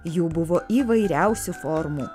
jų buvo įvairiausių formų